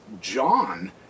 John